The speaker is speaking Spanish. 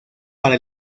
para